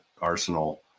arsenal